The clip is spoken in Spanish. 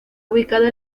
ubicada